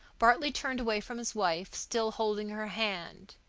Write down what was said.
bartley turned away from his wife, still holding her hand.